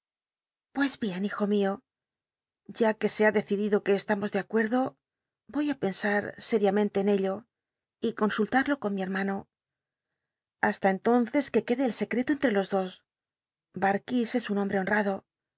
pues bien hijo mio a e ue se ha decid ido y que estamos de acuetdo voy i pcnsat sél'iamente en ello r consultarlo con mi hermano hasta cntonres que quede el secreto entre los dos darkis es un hombre honrado